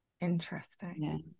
Interesting